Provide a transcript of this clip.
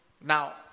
now